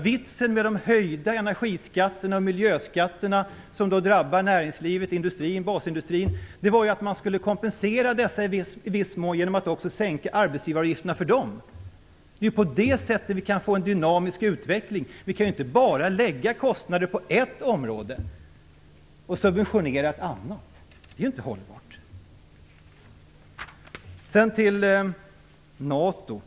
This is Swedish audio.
Vitsen med de höjningar av energiskatter och miljöskatter som då drabbar näringslivet och basindustrin var ju att man i viss mån skulle kompensera dem genom att sänka arbetsgivaravgifterna också för dem. Det är ju på det sättet vi kan åstadkomma en dynamisk utveckling. Vi kan ju inte bara lägga kostnader på ett område och subventionera ett annat! Det är inte hållbart.